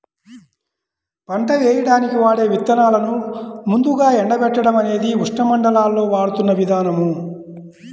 పంట వేయడానికి వాడే విత్తనాలను ముందుగా ఎండబెట్టడం అనేది ఉష్ణమండలాల్లో వాడుతున్న విధానం